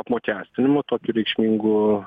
apmokestinimo tokiu reikšmingu